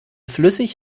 flüssig